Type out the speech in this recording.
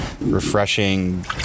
refreshing